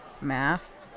math